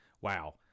wow